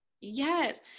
Yes